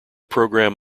program